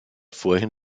vorhin